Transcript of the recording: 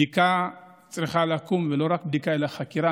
בדיקה צריכה לקום, ולא רק בדיקה אלא חקירה.